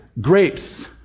grapes